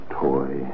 toy